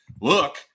Look